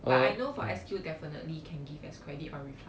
but I know for S_Q definitely can give as credit for refund